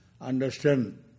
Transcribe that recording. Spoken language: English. understand